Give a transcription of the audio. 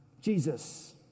Jesus